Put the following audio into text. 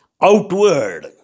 outward